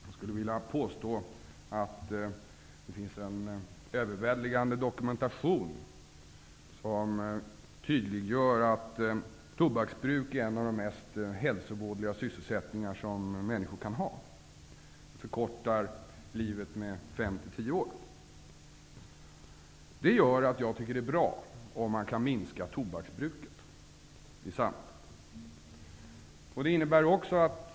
Jag skulle vilja påstå att det finns en överväldigande dokumentation som tydliggör att tobaksbruk är en av de mest hälsovådliga sysselsättningar som människor kan ägna sig åt och som förkortar livet med 5--10 år. Det gör att jag tycker att det är bra om man kan minska tobaksbruket i samhället.